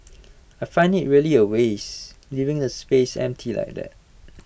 I find IT really A waste leaving the space empty like that